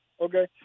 Okay